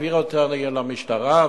העביר למשטרה,